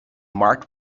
marked